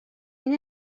این